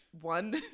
one